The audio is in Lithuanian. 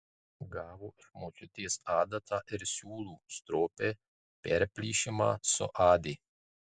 gavo iš močiutės adatą ir siūlų stropiai perplyšimą suadė